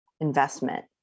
investment